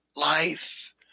Life